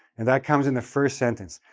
and that comes in the first sentence.